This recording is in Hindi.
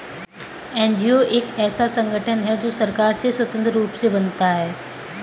एन.जी.ओ एक ऐसा संगठन है जो सरकार से स्वतंत्र रूप से बनता है